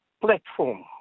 platform